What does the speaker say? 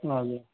हजुर